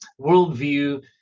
worldview